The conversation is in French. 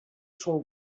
son